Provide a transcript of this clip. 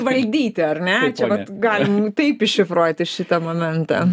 valdyti ar ne čia vat galim taip iššifruoti šitą momentą